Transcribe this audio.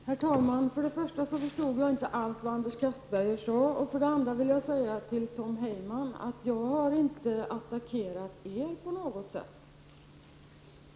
Herr talman! För det första förstod jag inte alls vad För det andra vill jag säga till Tom Heyman att jag inte på något sätt har attackerat moderaterna och folkpartiet.